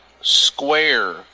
square